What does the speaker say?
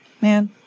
Man